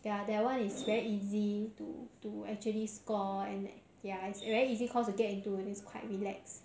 ya that [one] is very easy to to actually score and ya it's very easy course to get into is quite relax